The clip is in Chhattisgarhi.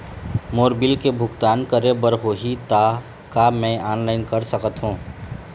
मोर बिल के भुगतान करे बर होही ता का मैं ऑनलाइन कर सकथों?